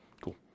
Cool